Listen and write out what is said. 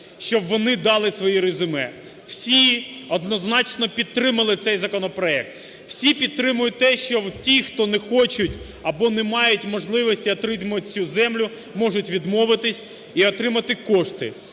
щоб вони дали своє резюме. Всі однозначно підтримали цей законопроект. Всі підтримують те, що ті, хто не хочуть або не мають можливості отримати цю землю, можуть відмовитися і отримати кошти